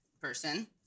person